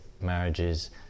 marriages